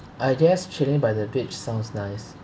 I guess chilling by the beach sounds nice